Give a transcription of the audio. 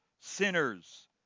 sinners